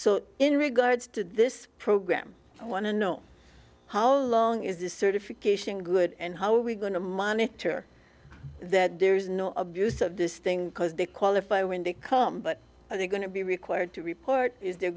so in regards to this program i want to know how long is this certification good and how are we going to monitor that there's no abuse of this thing because they qualify when they come but they going to be required to report is the